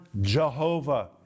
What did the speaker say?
Jehovah